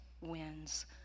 wins